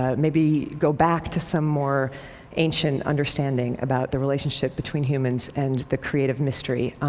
ah maybe go back to some more ancient understanding about the relationship between humans and the creative mystery.